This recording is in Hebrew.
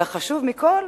והחשוב מכול,